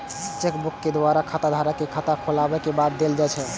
chequebook bank द्वारा खाताधारक कें खाता खोलाबै के बाद देल जाइ छै